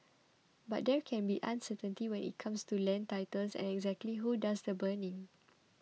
but there can be uncertainty when it comes to land titles and exactly who does the burning